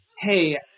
hey